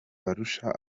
barusha